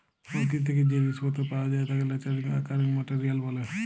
পরকিতি থ্যাকে যে জিলিস পত্তর পাওয়া যায় তাকে ন্যাচারালি অকারিং মেটেরিয়াল ব্যলে